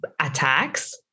attacks